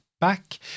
back